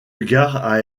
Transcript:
gare